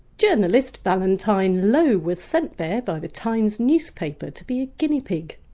journalist valentine low was sent there by the times newspaper to be a guinea pig.